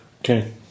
Okay